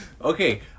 Okay